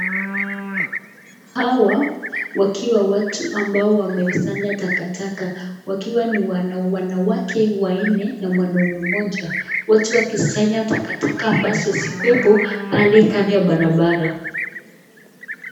Hawa wakiwa watu ambao wamesanya takataka wakiwa ni wanawake wanne na mwanume moja. Wote wakisanya takataka ambazo zikuwepo pale kando ya barabara.